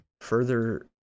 further